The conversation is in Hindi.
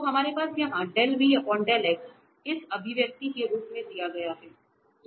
तो हमारे पास यहां इस अभिव्यक्ति के रूप में दिया गया है